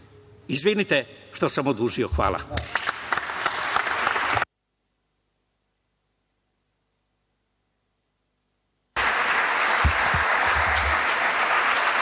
Izvinite što sam odužio. Hvala.